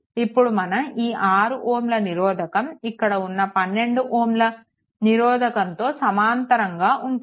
ఇప్పుడు మన 6 Ωల నిరోధకం ఇక్కడ ఉన్న12 Ωల నిరోధకంతో సమాంతరంగా ఉంటుంది